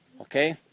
Okay